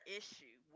issue